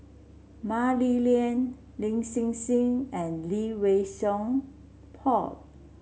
Mah Li Lian Lin Hsin Hsin and Lee Wei Song Paul